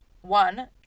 One